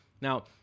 Now